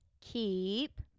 keep